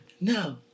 No